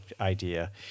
idea